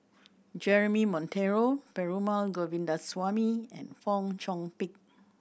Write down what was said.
Jeremy Monteiro Perumal Govindaswamy and Fong Chong Pik